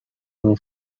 roof